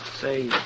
Say